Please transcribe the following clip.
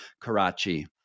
Karachi